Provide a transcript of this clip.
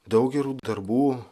daug gerų darbų